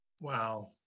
Wow